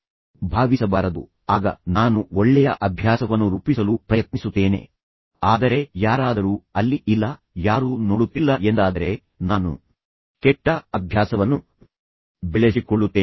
ಏಕೆಂದರೆ ಅಲ್ಲಿ ಯಾರಾದರೂ ಇದ್ದಾರೆ ಎಂದು ನೀವು ಭಾವಿಸಬಾರದು ಆಗ ನಾನು ಒಳ್ಳೆಯ ಅಭ್ಯಾಸವನ್ನು ರೂಪಿಸಲು ಪ್ರಯತ್ನಿಸುತ್ತೇನೆ ಆದರೆ ಯಾರಾದರೂ ಅಲ್ಲಿ ಇಲ್ಲ ಯಾರೂ ನೋಡುತ್ತಿಲ್ಲ ಎಂದಾದರೆ ನಾನು ಏನಾದರೂ ತಪ್ಪು ಮಾಡಲು ಪ್ರಯತ್ನಿಸುತ್ತೇನೆ ಮತ್ತು ನಂತರ ಕೆಟ್ಟ ಅಭ್ಯಾಸವನ್ನು ಬೆಳೆಸಿಕೊಳ್ಳುತ್ತೇನೆ